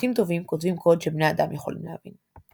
מתכנתים טובים כותבים קוד שבני אדם יכולים להבין.